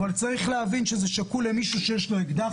אבל צריך להבין שזה שקול למישהו שיש לו אקדח